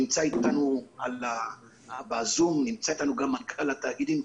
נמצא איתנו ב-zoom גם מנכ"ל התאגידים,